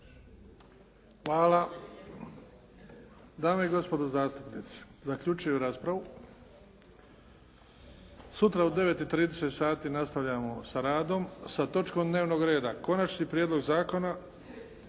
Hvala. Dame i gospodo zastupnici. Zaključujem raspravu. Sutra u 9,30 sati nastavljamo sa radom sa točkom dnevnog reda Konačni prijedlog zakona